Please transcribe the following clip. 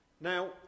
Now